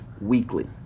weekly